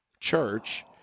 church